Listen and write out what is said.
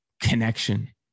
connection